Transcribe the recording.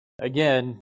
Again